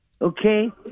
Okay